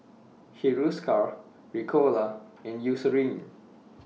Hiruscar Ricola and Eucerin